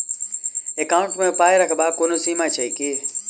Account मे पाई रखबाक कोनो सीमा छैक की?